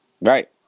Right